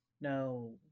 no